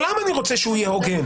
אני רוצה שכל הליך בעולם יהיה הוגן.